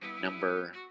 Number